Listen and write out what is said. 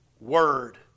Word